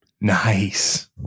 Nice